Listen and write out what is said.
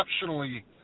exceptionally